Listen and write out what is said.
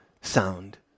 sound